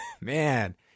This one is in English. man